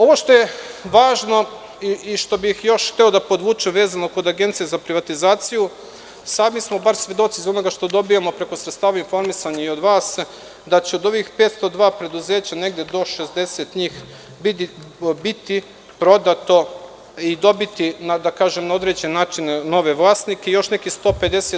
Ovo što je važno i što bih još hteo da podvučem, vezano za Agenciju za privatizaciju, sami smo bar svedoci iz onoga što dobijamo preko sredstava informisanja, da će od ovih 502 preduzeća negde do 60 njih biti prodato i dobiti na određeni način nove vlasnike, i još nekih 150.